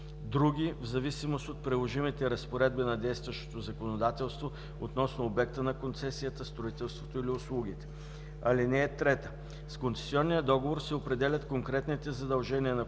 други, в зависимост от приложимите разпоредби на действащото законодателство относно обекта на концесията, строителството или услугите. (3) С концесионния договор се определят конкретните задължения на концесионера